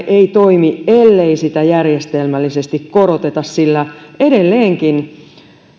ei toimi ellei sitä järjestelmällisesti koroteta sillä edelleenkin